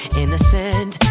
innocent